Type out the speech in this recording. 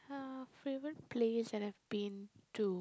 uh favourite place that I've been to